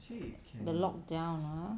the lock down ah